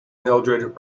mildrid